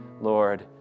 Lord